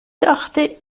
dachte